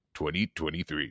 2023